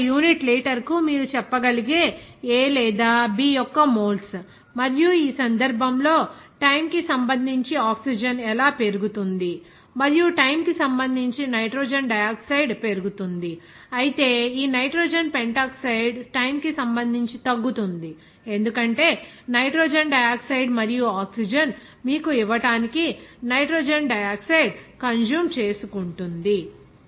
ఇది ఇక్కడ యూనిట్ లీటరుకు మీరు చెప్పగలిగే A లేదా B యొక్క మోల్స్ మరియు ఈ సందర్భంలో టైమ్ కి సంబంధించి ఆక్సిజన్ ఎలా పెరుగుతుంది మరియు టైమ్ కి సంబంధించి నైట్రోజన్ డయాక్సైడ్ పెరుగుతుంది అయితే ఈ నైట్రోజన్ పెంటాక్సైడ్ టైమ్ కి సంబంధించి తగ్గుతోంది ఎందుకంటే నైట్రోజన్ డయాక్సైడ్ మరియు ఆక్సిజన్ మీకు ఇవ్వడానికి నైట్రోజన్ డయాక్సైడ్ కన్స్యూమ్ చేసుకుంటుంది